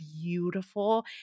beautiful